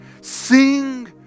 Sing